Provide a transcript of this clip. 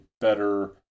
better